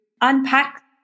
unpack